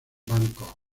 bangkok